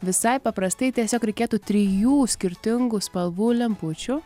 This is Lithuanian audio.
visai paprastai tiesiog reikėtų trijų skirtingų spalvų lempučių